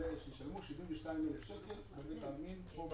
שישלמו על הקבורה 72 אלף שקל בבית העלמין בהר המנוחות.